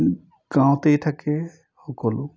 গাঁৱতেই থাকে সকলো